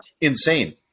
Insane